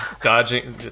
Dodging